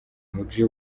muji